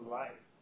life